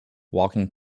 walking